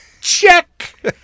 Check